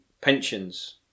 pensions